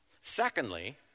Secondly